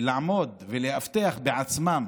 ולעמוד ולאבטח בעצמם